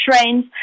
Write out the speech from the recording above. trains